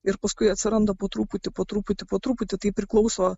ir paskui atsiranda po truputį po truputį po truputį tai priklauso